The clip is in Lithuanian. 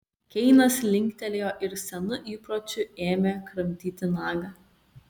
keinas linktelėjo ir senu įpročiu ėmė kramtyti nagą